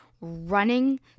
running